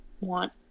want